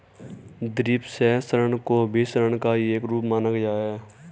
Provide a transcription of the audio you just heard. द्विपक्षीय ऋण को भी ऋण का ही एक रूप माना गया है